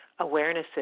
awarenesses